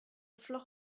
flock